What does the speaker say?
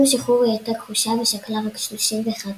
עם השחרור היא הייתה כחושה ושקלה רק 31 קילו.